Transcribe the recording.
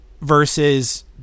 versus –